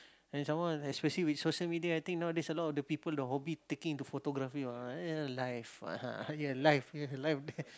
and some more especially with social media I think nowadays a lot of the people the hobby taking into photography what ya life ya life here ya life there